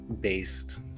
based